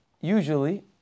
usually